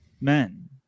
men